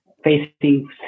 Facing